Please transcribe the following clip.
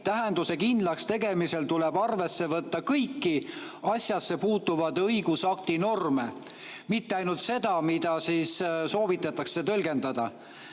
tähenduse kindlakstegemisel tuleb arvesse võtta kõiki asjassepuutuvaid õigusakti norme, mitte ainult seda, mida soovitakse tõlgendada.